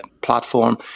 platform